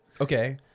okay